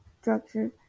structure